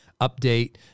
update